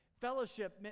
Fellowship